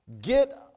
Get